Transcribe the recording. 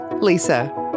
Lisa